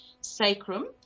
sacrum